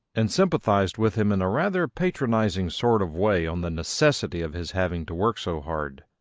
and sympathised with him in a rather patronising sort of way on the necessity of his having to work so hard.